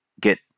get